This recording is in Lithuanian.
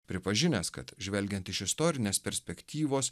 pripažinęs kad žvelgiant iš istorinės perspektyvos